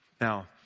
Now